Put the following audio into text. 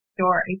story